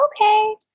okay